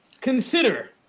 consider